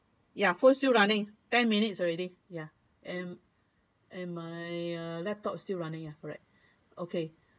ya phone still running ten minutes already ya and and my uh laptop still running ya correct okay